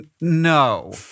No